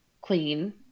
clean